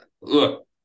Look